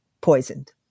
poisoned